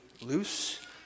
loose